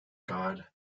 god